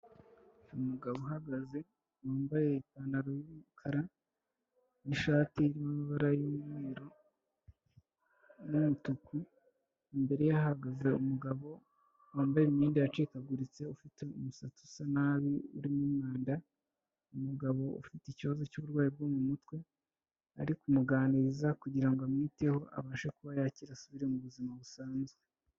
Umugabo uhagaze, wambaye ipantaro y'umukara n'ishati irimo amabara y'umweru n'umutuku, imbere ye hahagaze umugabo, wambaye imyenda yacikaguritse ufite umusatsi usa nabi urimo umwanda, umugabo ufite ikibazo cy'uburwayi bwo mu mutwe, ari kumuganiriza kugira ngo amwiteho abashe kuba yakira asubire mu buzima busanzwe.